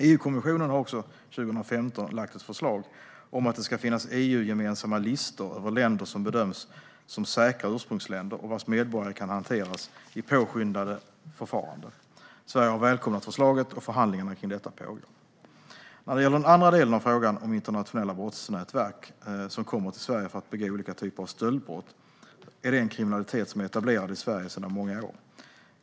EU-kommissionen har också 2015 lagt fram ett förslag om att det ska finnas EU-gemensamma listor över länder som bedöms som säkra ursprungsländer och vilkas medborgare kan hanteras i påskyndade förfaranden. Sverige har välkomnat förslaget, och förhandlingarna kring detta pågår. När det gäller den andra delen av frågan om internationella brottsnätverk som kommer till Sverige för att begå olika typer av stöldbrott är det en kriminalitet som är etablerad i Sverige sedan många år.